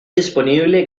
disponible